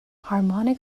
harmonic